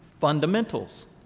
Fundamentals